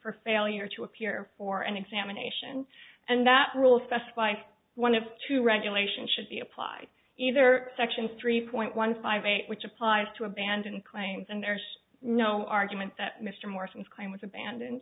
for failure to appear for an examination and that rules specify one of two regulations should be applied either section three point one five eight which applies to abandon claims and there's no argument that mr morse and claim was abandoned